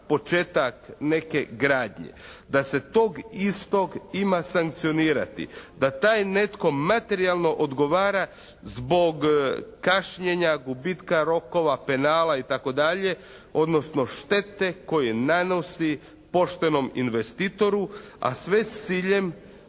početak neke gradnje da se tog istog ima sankcionirati, da taj netko materijalno odgovara zbog kašnjenja, gubitka rokova, penala itd. odnosno štete koju nanosi poštenom investitoru a sve s ciljem